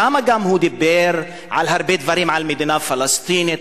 שם הוא דיבר על הרבה דברים: על מדינה לפלסטינים,